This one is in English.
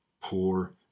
poor